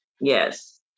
Yes